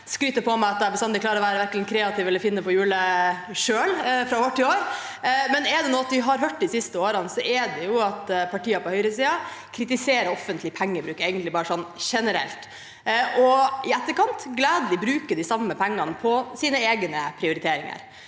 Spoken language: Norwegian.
ikke skryte på meg at jeg selv bestandig klarer å være kreativ eller å finne opp hjulet fra år til år, men er det noe vi har hørt de siste årene, er det at partier på høyresiden kritiserer offentlig pengebruk, egentlig bare generelt. I etterkant bruker de gledelig de samme pengene på sine egne prioriteringer.